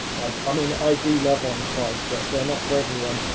i mean i do love orange fives, but there not for everyone.